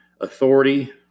authority